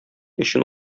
өчен